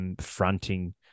fronting